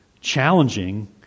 challenging